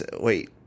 wait